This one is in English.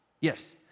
Yes